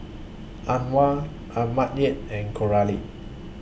Antwan Mattye and Coralie